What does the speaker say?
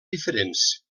diferents